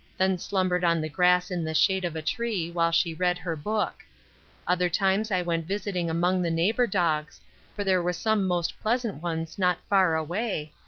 then slumbered on the grass in the shade of a tree while she read her book other times i went visiting among the neighbor dogs for there were some most pleasant ones not far away,